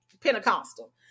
Pentecostal